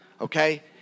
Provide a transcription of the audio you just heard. Okay